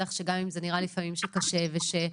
לך שגם אם זה נראה לפעמים שקשה וכואב,